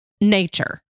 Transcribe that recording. nature